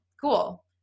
cool